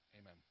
Amen